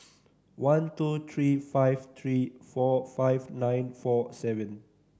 one two three five three four five nine four seven